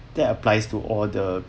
that applies to all the